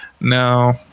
now